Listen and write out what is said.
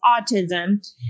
autism